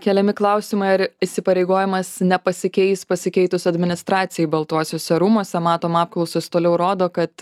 keliami klausimai ar įsipareigojimas nepasikeis pasikeitus administracijai baltuosiuose rūmuose matom apklausos toliau rodo kad